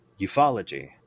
ufology